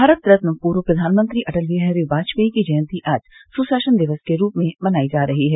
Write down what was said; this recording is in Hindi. भारत रत्न पूर्व प्रधानमंत्री अटल बिहारी वाजपेयी की जयंती आज सुशासन दिवस के रूप में मनाई जा रही है